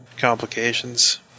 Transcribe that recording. complications